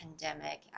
pandemic